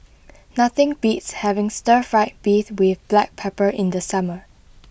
nothing beats having Stir Fried Beef with Black Pepper in the summer